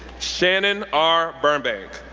shannon r. burbank,